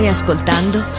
ascoltando